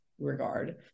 regard